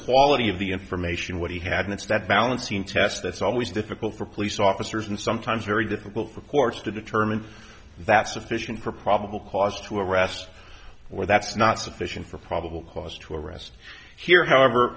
quality of the information what he had missed that balancing test that's always difficult for police officers and sometimes very difficult for courts to determine that sufficient for probable cause to arrest or that's not sufficient for probable cause to arrest here however